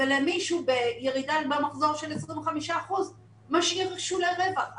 ולמישהו ירידה במחזור של 25% משאירה שולי רווח.